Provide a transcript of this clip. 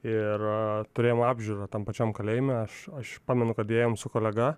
ir turėjom apžiūrą tam pačiam kalėjime aš aš pamenu kad ėjom su kolega